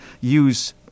use